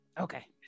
okay